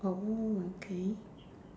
oh okay